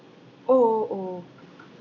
orh orh